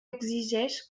exigeix